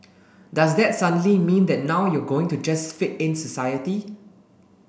does that suddenly mean that now you're going to just fit in society